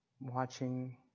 watching